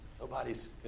nobody's